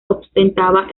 ostentaba